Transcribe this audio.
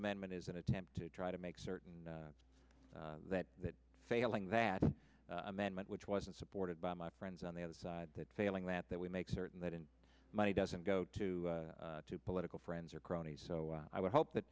amendment is an attempt to try to make certain that that failing that amendment which wasn't supported by my friends on the other side that failing that that we make certain that in money doesn't go to two political friends or cronies so i would hope